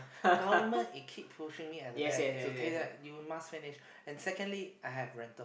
government it keep pushing me at the back to say that you must finish and secondly I have rental